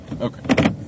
Okay